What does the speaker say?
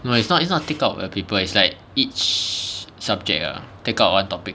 no it's not it's not take out the paper is like each subject ah take out one topic